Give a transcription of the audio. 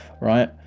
Right